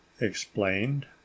explained